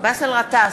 באסל גטאס,